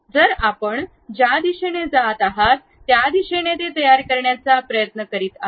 तर आपण ज्या दिशेने जात आहात त्या दिशेने ते तयार करण्याचा प्रयत्न करीत आहे